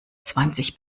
zwanzig